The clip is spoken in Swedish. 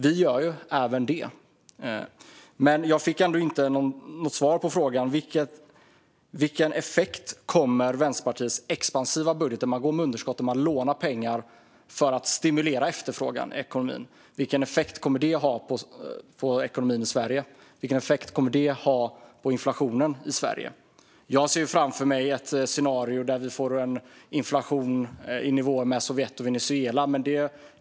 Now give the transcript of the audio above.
Vi gör alltså även det. Men jag fick inget svar på frågan: Vilken effekt kommer Vänsterpartiets expansiva budget, där man går med underskott och lånar pengar för att stimulera efterfrågan i ekonomin, att ha på ekonomin i Sverige? Vilken effekt kommer den att ha på inflationen i Sverige? Jag ser framför mig ett scenario där vi får en inflation i nivå med Sovjet och Venezuela.